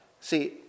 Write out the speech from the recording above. see